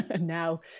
now